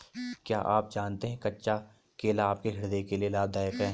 क्या आप जानते है कच्चा केला आपके हृदय के लिए लाभदायक है?